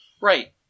Right